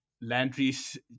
landry's